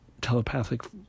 telepathic